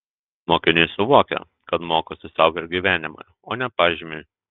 mokiniai suvokia kad mokosi sau ir gyvenimui o ne pažymiui